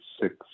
six